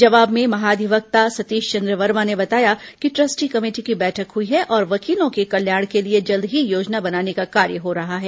जवाब में महाधिवक्ता सतीश चंद्र वर्मा ने बताया कि ट्रस्टी कमेटी की बैठक हुई है और वकीलों के कल्याण को लिए जल्द ही योजना बनाने का कार्य हो रहा है